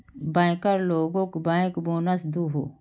banker लोगोक bank bonus दोहों